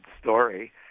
story